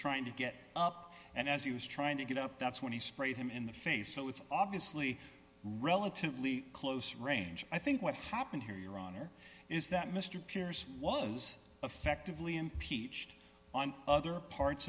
trying to get up and as he was trying to get up that's when he sprayed him in the face so it's obviously relatively close range i think what happened here your honor is that mr pierce was effectively impeached on other parts